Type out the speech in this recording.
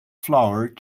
flour